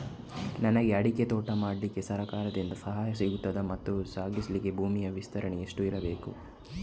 ನನಗೆ ಅಡಿಕೆ ತೋಟ ಮಾಡಲಿಕ್ಕೆ ಸರಕಾರದಿಂದ ಸಹಾಯ ಸಿಗುತ್ತದಾ ಮತ್ತು ಸಿಗಲಿಕ್ಕೆ ಭೂಮಿಯ ವಿಸ್ತೀರ್ಣ ಎಷ್ಟು ಇರಬೇಕು?